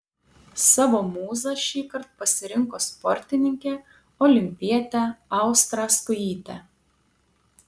savo mūza šįkart pasirinko sportininkę olimpietę austrą skujytę